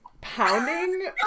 pounding